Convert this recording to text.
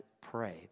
pray